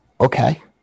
okay